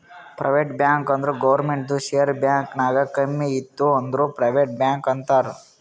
private bank ಅಂದುರ್ ಗೌರ್ಮೆಂಟ್ದು share bank ನಾಗ್ ಕಮ್ಮಿ ಇತ್ತು ಅಂದುರ್ ಪ್ರೈವೇಟ್ ಬ್ಯಾಂಕ್ ಅಂತಾರ್